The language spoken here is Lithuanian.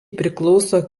priklauso